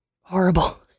horrible